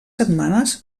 setmanes